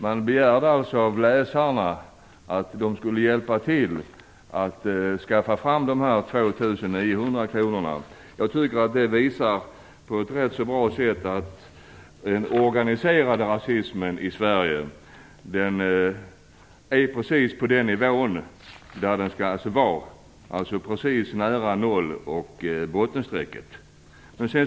De begärde alltså att läsarna skulle hjälpa till att skaffa fram dessa 2 900 kr. Jag tycker att det på ett ganska bra sätt visar att den organiserade rasismen i Sverige är precis på den nivå där den skall vara, dvs. nära noll och bottenstrecket.